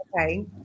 Okay